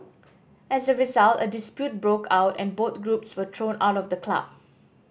as a result a dispute broke out and both groups were thrown out of the club